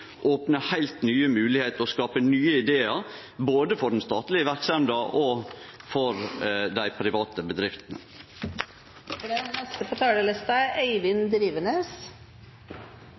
heilt nye moglegheiter og skape nye idear, både for den statlege verksemda og for dei private bedriftene. Jeg vil si takk til representanten Bjørlo for interpellasjonen. Det er